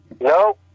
No